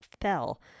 fell